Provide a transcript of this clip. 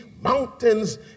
mountains